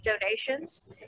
donations